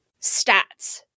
stats